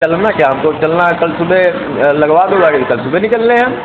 चलना क्या हमको चलना है कल सुबह लगवा दो गाड़ी कल सुबह निकल लें हम